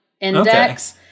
index